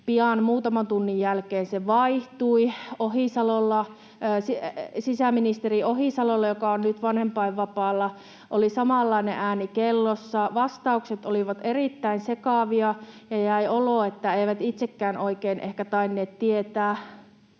Pian muutaman tunnin jälkeen se vaihtui. Sisäministeri Ohisalolla, joka on nyt vanhempainvapaalla, oli samanlainen ääni kellossa. Vastaukset olivat erittäin sekavia, ja jäi olo, että eivät ehkä itsekään oikein tainneet tietää,